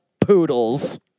poodles